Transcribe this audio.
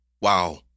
Wow